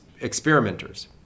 experimenters